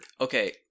Okay